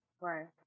right